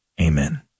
Amen